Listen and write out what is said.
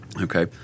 okay